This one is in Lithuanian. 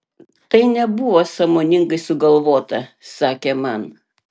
tai nebuvo sąmoningai sugalvota sakė man